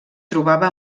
trobava